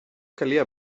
calia